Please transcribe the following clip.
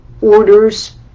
orders